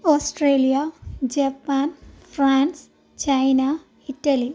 Australia Japan France China Italy